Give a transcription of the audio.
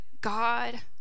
God